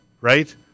right